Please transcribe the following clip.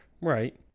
Right